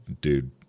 Dude